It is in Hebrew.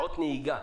שעות נהיגה.